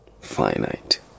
Finite